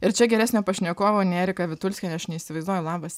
ir čia geresnio pašnekovo nei erika vitulskienė aš neįsivaizduoju labas